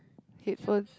headphone